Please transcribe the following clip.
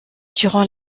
durant